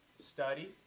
study